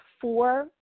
four